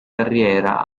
carriera